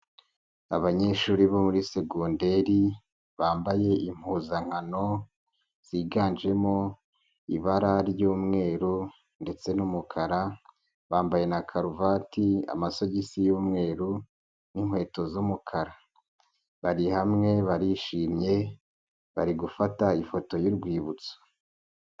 Abanyeshuri bo muri segonderi bambaye impuzankano ziganjemo ibara ry'umweru ndetse n'umukara, bambaye na karuvati, amasogisi y'umweru n'inkweto z'umukara, bari hamwe barishimye bari gufata ifoto y'urwibutso.